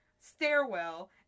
stairwell